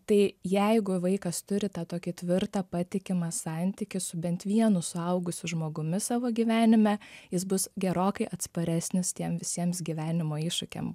tai jeigu vaikas turi tą tokį tvirtą patikimą santykį su bent vienu suaugusiu žmogumi savo gyvenime jis bus gerokai atsparesnis tiem visiems gyvenimo iššūkiam